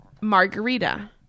Margarita